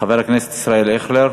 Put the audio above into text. חבר הכנסת ישראל אייכלר.